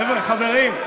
חברים,